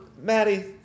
Maddie